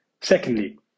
Secondly